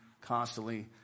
constantly